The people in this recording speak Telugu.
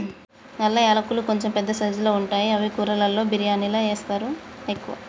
నల్ల యాలకులు కొంచెం పెద్ద సైజుల్లో ఉంటాయి అవి కూరలలో బిర్యానిలా వేస్తరు ఎక్కువ